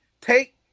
take